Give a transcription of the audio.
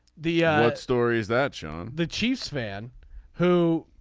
the stories that show um the chiefs fan who